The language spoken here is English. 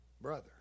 brother